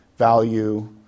value